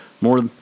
More